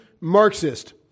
Marxist